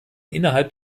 innerhalb